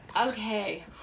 Okay